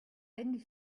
and